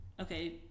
okay